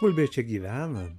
gulbės čia gyvena